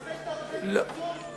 ממה הוא חושש, מה קרה?